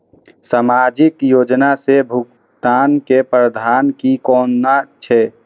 सामाजिक योजना से भुगतान के प्रावधान की कोना छै?